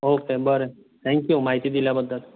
okay बरे thank you म्हायती दिलां बद्दल